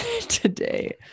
today